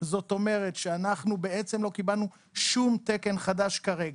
זאת אומרת שאנחנו בעצם לא קיבלנו שום תקן חדש כרגע.